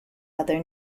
other